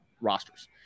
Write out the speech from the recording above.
rosters